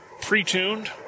pre-tuned